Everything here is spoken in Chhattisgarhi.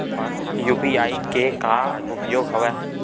यू.पी.आई के का उपयोग हवय?